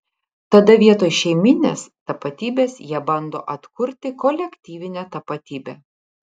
tada vietoj šeiminės tapatybės jie bando atkurti kolektyvinę tapatybę